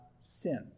sin